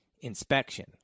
Inspection